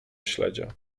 śledzia